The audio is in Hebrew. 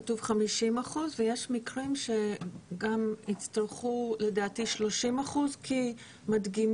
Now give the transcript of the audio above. כתוב 50 אחוזים ויש מקרים שיצטרכו לדעתי 30 אחוזים כי מדגימים